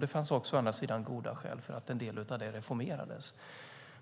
Det fanns å andra sidan goda skäl för att en del av detta reformerades.